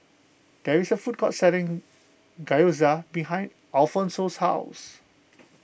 there is a food court selling Gyoza behind Alfonso's house